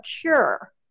cure